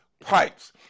pipes